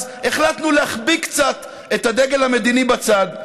אז החלטנו להחביא קצת את הדגל המדיני בצד.